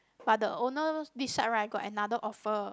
but the owner this side right got another offer